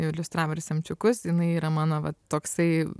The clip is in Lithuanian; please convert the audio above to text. iliustravo ir semčiukus jinai yra mano va toksai